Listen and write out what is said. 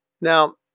Now